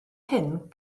hyn